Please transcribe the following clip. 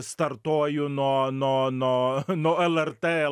startuoju nuo nuo nuo nuo lrt l